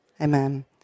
Amen